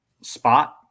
spot